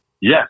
Yes